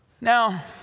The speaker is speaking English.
Now